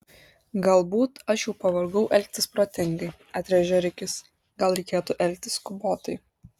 galbūt aš jau pavargau elgtis protingai atrėžė rikis gal reikėtų elgtis skubotai